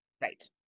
Right